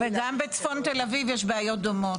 -- וגם בצפון תל אביב יש בעיות דומות.